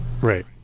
right